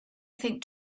think